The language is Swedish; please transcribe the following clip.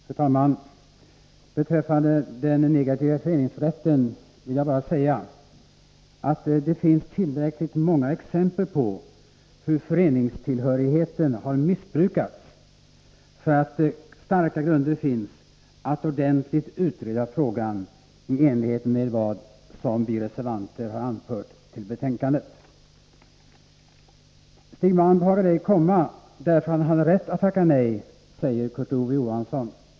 Fru talman! Beträffande den negativa föreningsrätten vill jag bara säga att det finns tillräckligt många exempel på hur föreningstillhörigheten har missbrukats för att starka grunder skall finnas för att ordentligt utreda frågan i enlighet med vad vi reservanter har anfört till betänkandet. Stig Malm kom inte till konstitutionsutskottet därför att han hade rätt att tacka nej, säger Kurt Ove Johansson.